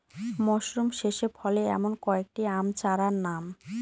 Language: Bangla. মরশুম শেষে ফলে এমন কয়েক টি আম চারার নাম?